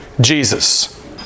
Jesus